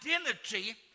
identity